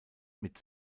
mit